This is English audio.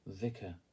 vicar